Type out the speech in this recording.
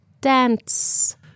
dance